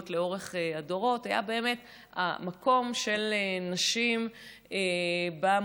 לאורך הדורות היה באמת המקום של נשים במועדים,